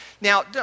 Now